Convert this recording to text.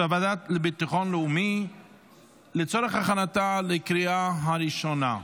בוועדה לביטחון לאומי לצורך הכנתה לקריאה הראשונה.